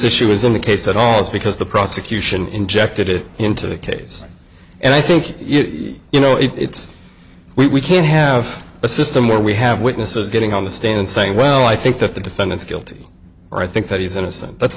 was in the case at all is because the prosecution injected it into the case and i think you know it's we can't have a system where we have witnesses getting on the stand saying well i think that the defendant is guilty or i think that he's innocent that's